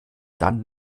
dann